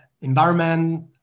environment